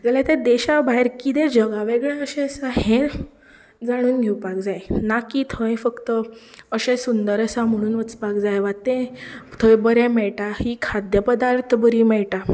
जाल्यार ते देशा भायर कितें जगावेगळें अशें आसा हें जाणून घेवपाक जाय ना की थंय फक्त अशें सुंदर आसा म्हणून वचपाक जाय वा तें थंय बरें मेळटा ही खाद्य पदार्थ बरी मेळटा